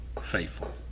faithful